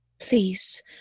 please